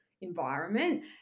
environment